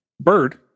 Bird